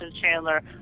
Chandler